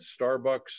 Starbucks